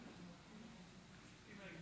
חבריי חברי